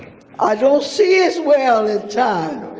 i don't see as well at times.